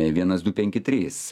vienas du penki trys